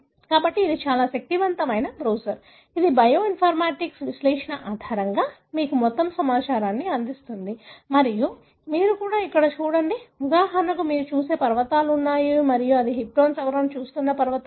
కాబట్టి ఇది చాలా శక్తివంతమైన బ్రౌజర్ ఇది బయోఇన్ఫర్మేటిక్స్ విశ్లేషణ ఆధారంగా మీకు మొత్తం సమాచారాన్ని అందిస్తుంది మరియు మీరు కూడా ఇక్కడ చూడండి ఉదాహరణకు మీరు చూసే పర్వతాలు ఉన్నాయి మరియు ఇవి హిస్టోన్ సవరణను చూస్తున్న ప్రాంతాలు